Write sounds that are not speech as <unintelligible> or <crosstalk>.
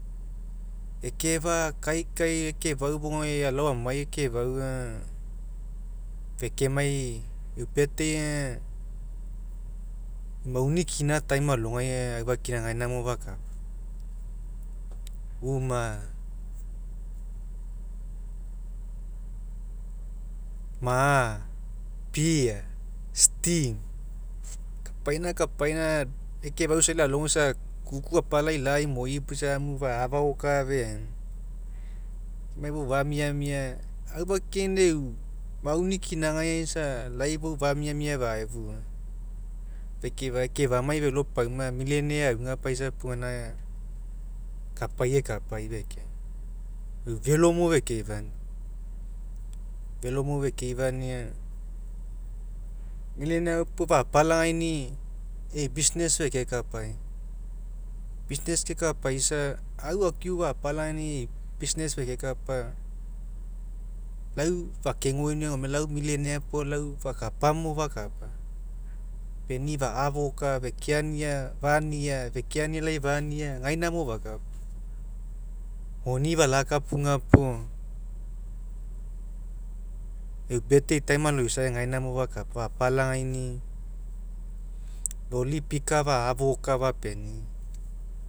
Ekefa'au kaikai ekefa'au fou gae alao amai ekefa'au aga fekemai wfau birthday e'u mauni kina alogai aga aufakina gaina mo fakapa uma ma'a pia steam kapaina kapaina ekefa'au isai lalogo isai kuku apala ila'a imoi puo isa amh fa'afa oka afeaina kemai fou famiamia aufakina e'u mauni kinagai aga lai fou famiamia faefua fekeifa ekefamai felopauma millionaire auga paisa puo fapalagaini'i e'i business feke kapai business kekapaisa ai akiu fapalagaina e'i business fekekapa lau fake goiniau gone lau millionaire puo lau fakapamo lakapa fapenii fa'afa oka fekemai laj <unintelligible> gaina fou fakapa moni falakapuga puo e'u birthday time aloisai gaina mo fakapa fapalagaini'i loli pika fa'afa oka fapenii